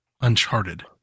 Uncharted